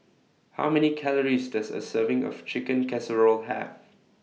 How Many Calories Does A Serving of Chicken Casserole Have